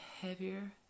heavier